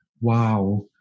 wow